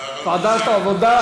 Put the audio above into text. ועדת העבודה?